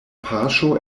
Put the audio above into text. paŝo